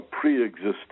pre-existing